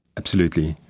absolutely.